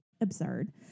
absurd